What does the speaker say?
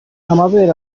amabere